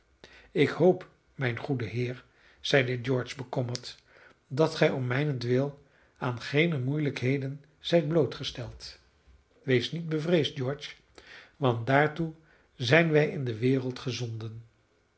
ik hoop mijn goede heer zeide george bekommerd dat gij om mijnentwil aan geene moeielijkheden zijt blootgesteld wees niet bevreesd george want daartoe zijn wij in de wereld gezonden